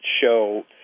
show